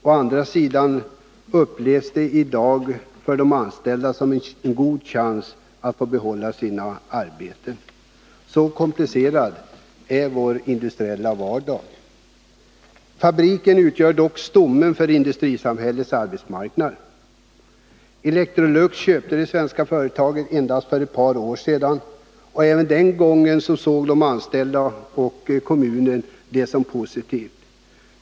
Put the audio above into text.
Å andra sidan upplever de anställda det som en god chans att få behålla sina arbeten. — Så komplicerad är vår industriella vardag. Fabriken utgör dock stommen i industrisamhällets arbetsmarknad. 105 Electrolux köpte det svenska företaget för endast ett par år sedan. Även den gången såg de anställda och kommunen detta som positivt.